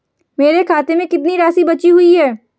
मेरे खाते में कितनी राशि बची हुई है?